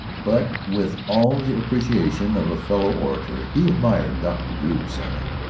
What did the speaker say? but with all the appreciation of a fellow-orator he admired dr. drew's sermon.